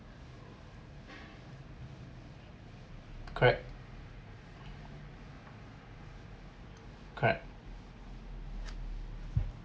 correct correct